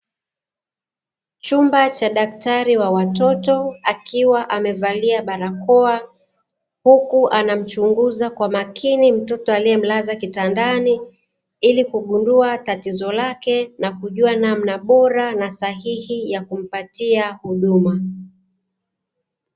Chumba cha daktari wa watoto akiwa amevalia barakoa, huku anamchunguza kwa makini mtoto aliyemlaza kitandani ili kugundua tatizo lake na kujua namna bora na sahihi ya kumpatia huduma.